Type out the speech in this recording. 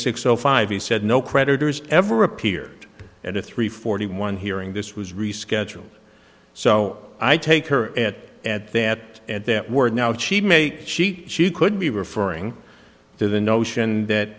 six o five you said no creditors ever appeared at a three forty one hearing this was rescheduled so i take her at at that and that word now that she may she she could be referring to the notion that